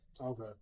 Okay